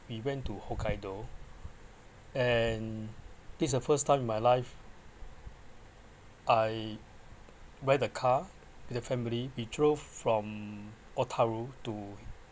we went to hokkaido and this is the first time in my life I where the car with a family we drove from otaru to